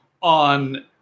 on